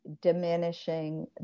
diminishing